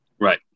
Right